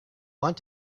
want